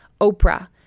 Oprah